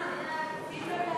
סעיפים 1